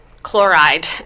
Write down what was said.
Chloride